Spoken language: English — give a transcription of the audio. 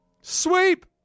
Sweep